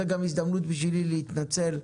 זאת גם הזדמנות בשבילי להתנצל: